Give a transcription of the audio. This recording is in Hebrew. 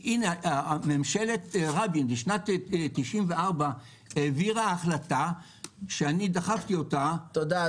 ממשלת רבין בשנת 94' העבירה החלטה שאני דחפתי אותה --- תודה,